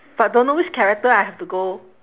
but don't know which character I have to go